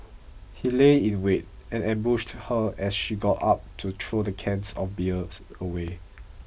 he lay in wait and ambushed her as she got up to throw the cans of beer away